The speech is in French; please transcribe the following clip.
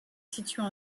située